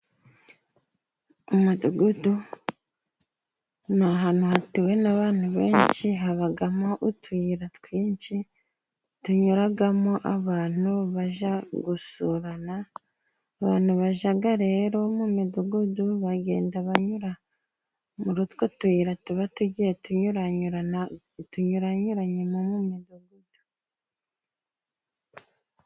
Umudugudu ni ahantu hatuwe n'abantu benshi habamo utuyira twinshi, tunyuramo abantu bajya gusurana. Abantu bajya rero mu midugudu bagenda banyura muri utwo tuyira tuba tugiye tunyuranyuranamo tunyuyuranye mu midugudu.